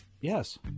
Yes